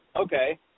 okay